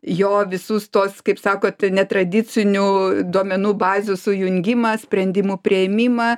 jo visus tuos kaip sakot netradicinių duomenų bazių sujungimą sprendimų priėmimą